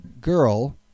Girl